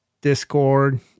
Discord